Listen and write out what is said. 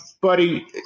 buddy